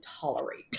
tolerate